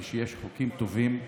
כשיש חוקים טובים,